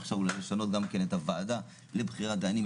עכשיו הוא הולך לשנות גם כן את הוועדה לבחירת דיינים,